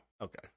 okay